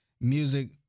music